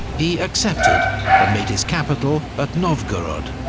he accepted and made his capital at novgorod.